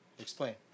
explain